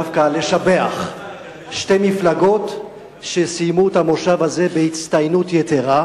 דווקא לשבח שתי מפלגות שסיימו את המושב הזה בהצטיינות יתירה.